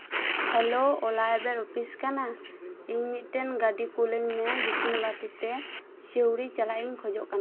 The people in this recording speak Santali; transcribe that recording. ᱦᱮᱞᱳᱣ ᱳᱞᱟ ᱮᱵ ᱚᱯᱷᱤᱥ ᱠᱟᱱᱟ ᱤᱧ ᱢᱤᱫᱴᱮᱱ ᱜᱟᱹᱰᱤ ᱠᱩᱞᱟᱧ ᱢᱮ ᱵᱤᱥᱱᱩᱵᱟᱴᱤᱛᱮ ᱥᱤᱣᱲᱤ ᱪᱟᱞᱟᱜ ᱤᱧ ᱠᱷᱚᱡᱚᱜ ᱠᱟᱱᱟ